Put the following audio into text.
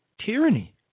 tyranny